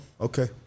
okay